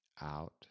out